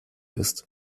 ist